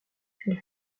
elle